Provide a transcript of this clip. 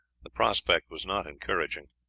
the prospect was not encouraging.